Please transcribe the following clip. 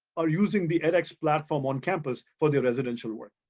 are using the edx platform on campus for their residential work.